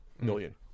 million